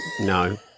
No